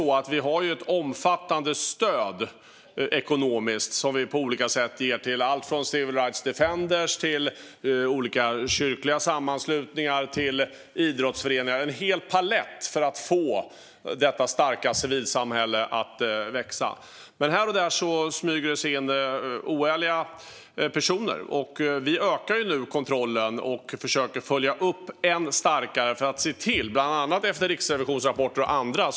Vi har ett omfattande ekonomiskt stöd som vi ger till alltifrån Civil Rights Defenders till olika kyrkliga sammanslutningar och idrottsföreningar. Det är en hel palett för att få detta starka civilsamhälle att växa. Här och där smyger det sig dock in oärliga personer. Vi ökar ju nu kontrollen och försöker följa upp detta ännu starkare, bland annat efter Riksrevisionens rapporter och annat.